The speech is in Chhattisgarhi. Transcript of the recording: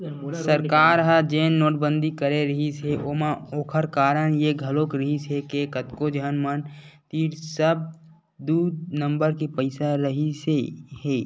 सरकार ह जेन नोटबंदी करे रिहिस हे ओमा ओखर कारन ये घलोक रिहिस हे के कतको झन मन तीर सब दू नंबर के पइसा रहिसे हे